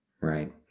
right